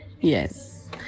Yes